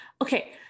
Okay